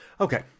Okay